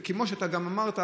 וכמו שגם אמרת,